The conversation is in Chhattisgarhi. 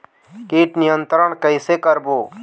कीट नियंत्रण कइसे करबो?